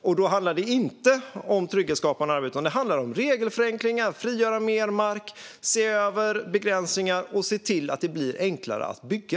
Och då handlar det inte om trygghetsskapande arbete, utan det handlar om regelförenklingar, att frigöra mer mark, se över begränsningar och se till att det blir enklare att bygga.